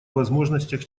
возможностях